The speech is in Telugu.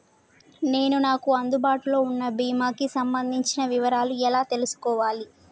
నేను నాకు అందుబాటులో ఉన్న బీమా కి సంబంధించిన వివరాలు ఎలా తెలుసుకోవాలి?